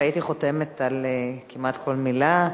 הייתי חותמת על כמעט כל מלה.